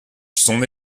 son